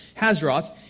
Hazroth